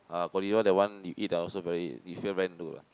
uh Godiva that one you eat ah also very you feel very ah